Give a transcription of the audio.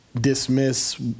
dismiss